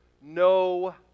no